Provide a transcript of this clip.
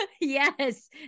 Yes